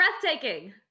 breathtaking